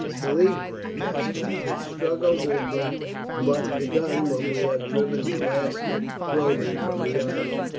believe me, aska, the struggle will be but begun when we have driven the last roman from the island.